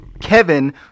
Kevin